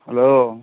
hello